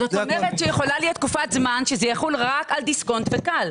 זאת אומרת שיכולה להיות תקופת זמן שזה יחול רק על דיסקונט ו -כאל.